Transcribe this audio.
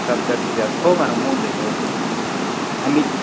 सात तारखेच्या आत हो मॅडम होऊन जाईल होऊन जाईल आणि